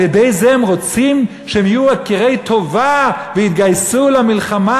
על-ידי זה הם רוצים שהם יהיו מוקירי טובה ויתגייסו למלחמה